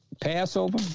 Passover